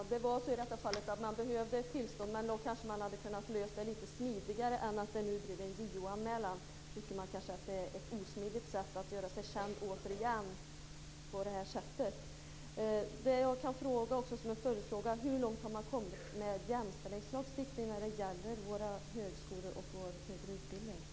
Herr talman! I det här fallet var det så att man behövde ett tillstånd. Men då hade man kanske kunnat lösa det lite smidigare än så här, då det blev en JO anmälan. Det kan tyckas vara ett osmidigt sätt att göra sig känd. Jag kan också ställa en följdfråga: Hur långt har man kommit med jämställdhetslagstiftningen när det gäller våra högskolor och vår högre utbildning?